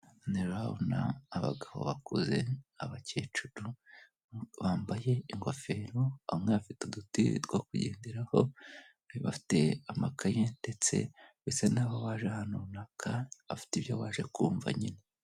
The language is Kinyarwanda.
Hano urahabona abagabo bakuze, abakecuru, bambaye ingofero, bamwe bafite uduti two kugenderaho, bafite amakaye ndetse bisa naho baje ahantu runaka bafite ibyo baje kumva nyine.